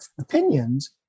opinions